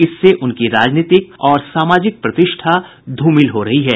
इससे उनकी राजनीतिक और सामाजिक प्रतिष्ठा धूमिल हो रही है